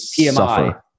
PMI